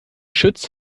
schütz